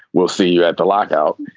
we'll see you at the lockout.